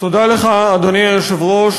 אדוני היושב-ראש,